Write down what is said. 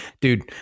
dude